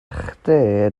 chdi